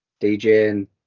DJing